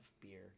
beer